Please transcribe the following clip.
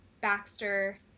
Baxter